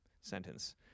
sentence